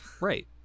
Right